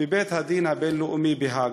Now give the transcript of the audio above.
בבית-הדין הבין-לאומי בהאג.